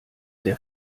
der